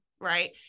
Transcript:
right